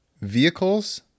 Vehicles